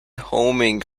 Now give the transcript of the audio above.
homing